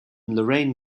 lorraine